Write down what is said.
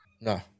no